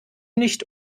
nicht